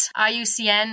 IUCN